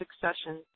succession